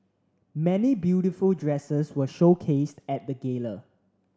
many beautiful dresses were showcased at the gala